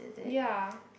ya